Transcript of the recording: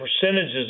percentages